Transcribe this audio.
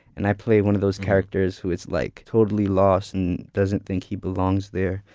and i play one of those characters who is like totally lost and doesn't think he belongs there.